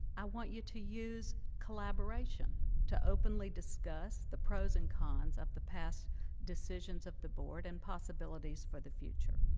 i want you to use collaboration to openly discuss the pros and cons of the past decisions of the board and possibilities for the future.